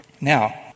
now